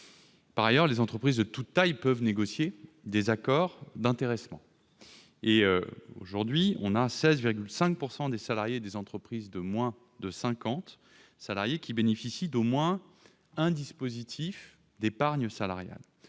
Par ailleurs, les entreprises de toute taille peuvent négocier des accords d'intéressement. Aujourd'hui, 16,5 % des employés des entreprises de moins de 50 salariés bénéficient d'au moins un dispositif d'épargne salariale,